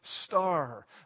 star